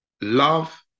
love